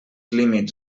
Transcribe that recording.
límits